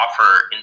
offer